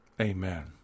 Amen